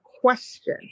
question